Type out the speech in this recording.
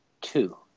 Two